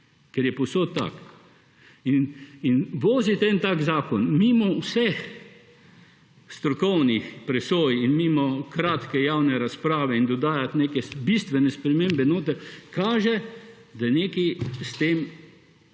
Ker je povsod tako. Voziti en takšen zakon mimo vseh strokovnih presoj in mimo kratke javne razprave in dodajati neke bistvene spremembe noter kaže, da so tudi tu